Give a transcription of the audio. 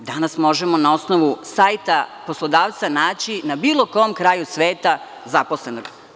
Danas možemo na osnovu sajta poslodavca naći na bilo kom kraju sveta zaposlenog.